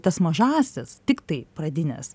tas mažąsias tiktai pradines